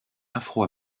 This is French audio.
afro